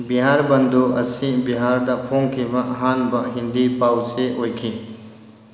ꯕꯤꯍꯥꯔꯕꯟꯙꯨ ꯑꯁꯤ ꯕꯤꯍꯥꯔꯗ ꯐꯣꯡꯈꯤꯕ ꯑꯍꯥꯟꯕ ꯍꯤꯟꯗꯤ ꯄꯥꯎꯆꯦ ꯑꯣꯏꯈꯤ